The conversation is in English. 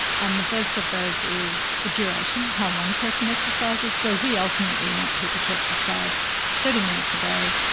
and the first of those is the duration, how long a person exercises, so we ultimately want people to exercise thirty minutes a day,